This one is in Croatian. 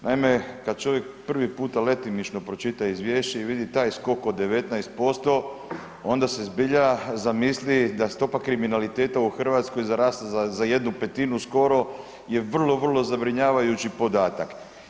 Naime, kad čovjek prvi puta letimično pročita Izvješće i vidi taj skok od 19% onda se zbilja zamisli da stopa kriminaliteta u Hrvatskoj raste za jednu petinu skoro je vrlo, vrlo zabrinjavajući podatak.